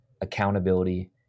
accountability